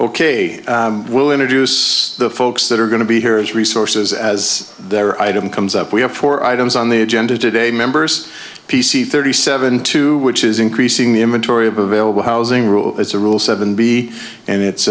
we'll introduce the folks that are going to be here as resources as their item comes up we have four items on the agenda today members p c thirty seven two which is increasing the a majority of available housing rule as a rule seven b and it's